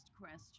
question